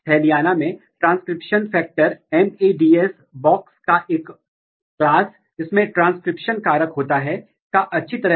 इसलिए यहां ट्रांजिशन होने पर पत्तियों की कुल संख्या को गिना जाता है यदि आपके पास अधिक पत्तियां हैं तो यह पुष्पित होने में देरी है यदि आपके पास कम पत्ती है तो यह पुष्प जल्दी आता है